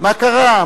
מה קרה?